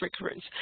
recurrence